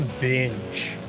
binge